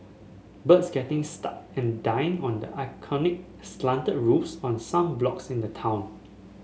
birds getting stuck and dying under iconic slanted roofs of some blocks in the town